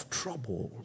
trouble